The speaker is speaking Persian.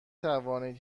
توانید